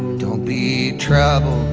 don't be troubled